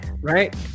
right